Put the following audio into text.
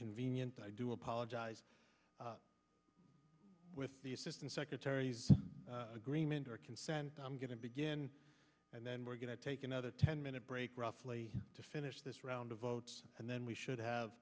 convenient i do apologize with the assistant secretaries agreement or consent i'm going to begin and then we're going to take another ten minute break roughly to finish this round of votes and then we should have